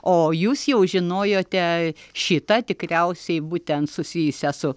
o jūs jau žinojote šitą tikriausiai būtent susijusią su